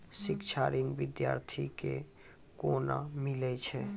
शिक्षा ऋण बिद्यार्थी के कोना मिलै छै?